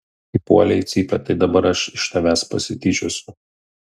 įpuolei į cypę tai dabar aš iš tavęs pasityčiosiu